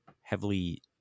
heavily